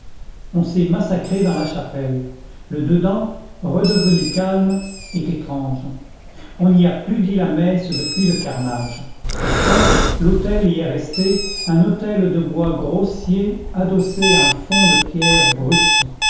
on s'est massacré dans la chapelle le dedans redevenu calme est étrange on n'y a plus dit la messe depuis le carnage pourtant l'autel y est resté un autel de bois grossier adossé à un fond de pierre brute